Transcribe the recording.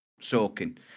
soaking